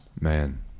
Man